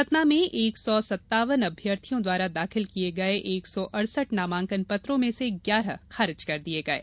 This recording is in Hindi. सतना में भी एक सौ सत्तावन अभ्यर्थियों द्वारा दाखिल किये गये एक सौ अड़सठ नामांकन पत्रों में से ग्यारह खारिज कर दिये गये